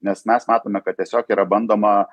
nes mes matome kad tiesiog yra bandoma